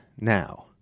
now